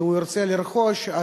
כשהוא ירצה לרכוש,